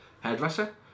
Hairdresser